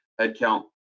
headcount